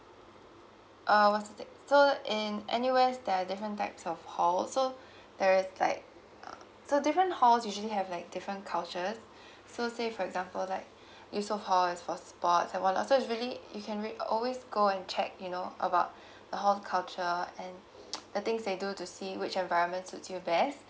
uh what's the take so in N_U_S there are different types of hall so there is like uh so different halls usually have like different cultures so say for example like eusoff hall is for sports and while eusoff usually you can make always go and check you know about the hall culture and the things they do to see which environment suits you best